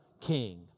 king